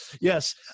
Yes